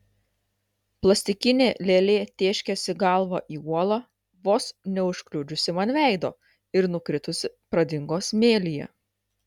plastikinė lėlė tėškėsi galva į uolą vos neužkliudžiusi man veido ir nukritusi pradingo smėlyje